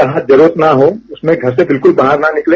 जहां जरूरत न हो उसमें घर से बिल्कुल बाहर न निकले